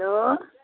hello